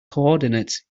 coordinates